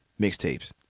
mixtapes